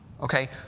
okay